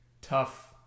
tough –